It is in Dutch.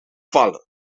vallen